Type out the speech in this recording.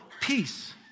Peace